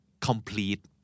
Complete